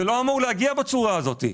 זה לא אמור להגיע בצורה הזאת.